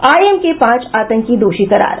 IM के पाच आतंकी दोषी करार